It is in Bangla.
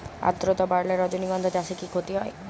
আদ্রর্তা বাড়লে রজনীগন্ধা চাষে কি ক্ষতি হয়?